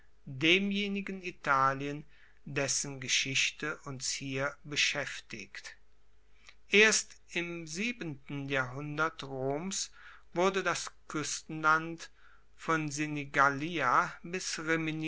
demjenigen italien dessen geschichte uns hier beschaeftigt erst im siebenten jahrhundert roms wurde das kuestenland von